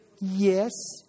Yes